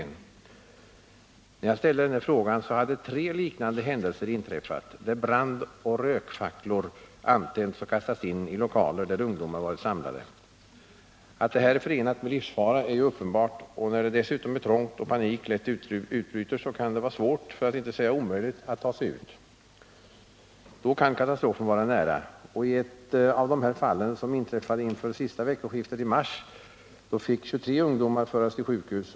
När jag ställde denna fråga hade tre liknande händelser inträffat där brandeller rökfacklor antänts och kastats in i lokaler där ungdomar varit samlade. Att detta är förenat med livsfara är uppenbart. När det är trångt och panik lätt utbryter kan det vara svårt, för att inte säga omöjligt, att ta sig ut — och då kan katastrofen vara nära. I ett av de fall som inträffade inför sista veckoskiftet i mars fick 23 ungdomar föras till sjukhus.